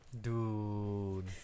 Dude